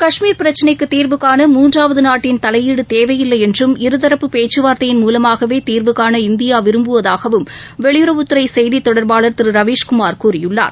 கஷ்மீர் பிரச்சினைக்கு தீர்வுகாண முன்றாவது நாட்டின் தலையீடு தேவையில்லை என்றும் இருதரப்பு பேச்சுவார்த்தையின் மூலமாகவே தீர்வுகாண இந்தியா விரும்புவதாகவும் வெளியுறவுத்துறை செய்தி தொடர்பாளர் திரு ரவீஷ்குமார் கூறியுள்ளார்